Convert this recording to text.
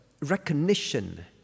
recognition